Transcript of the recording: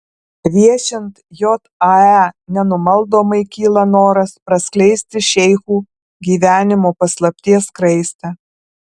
viešint jae nenumaldomai kyla noras praskleisti šeichų gyvenimo paslapties skraistę